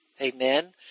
Amen